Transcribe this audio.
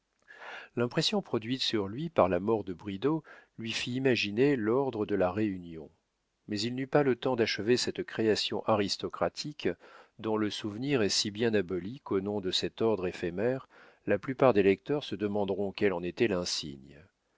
l'impression produite sur lui par la mort de bridau lui fit imaginer l'ordre de la réunion mais il n'eut pas le temps d'achever cette création aristocratique dont le souvenir est si bien aboli qu'au nom de cet ordre éphémère la plupart des lecteurs se demanderont quel en était l'insigne